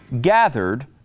gathered